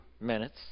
minutes